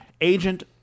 agent